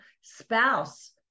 spouse